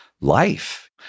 life